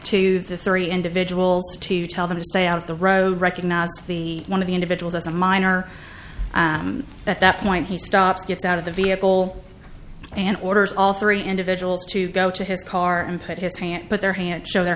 to the three individuals to tell them to stay out of the road recognize the one of the individuals as a minor at that point he stops gets out of the vehicle and orders all three individuals to go to his car and put his hand put their hand show their